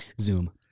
Zoom